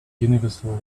universal